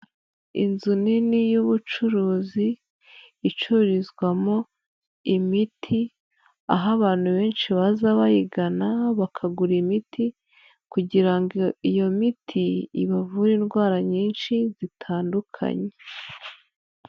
Inzu nini y'ubucuruzi, icururizwamo imiti, aho abantu benshi baza bayigana bakagura imiti kugira ngo iyo miti ibavure indwara nyinshi zitandukanye.